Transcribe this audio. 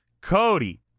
Cody